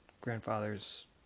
grandfather's